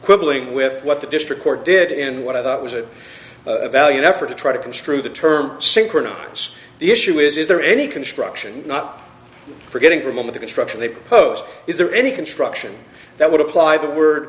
quibbling with what the district court did and what i thought was a valiant effort to try to construe the term synchronise the issue is is there any construction not forgetting for most of the construction they propose is there any construction that would apply the word